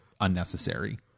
unnecessary